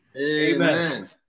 Amen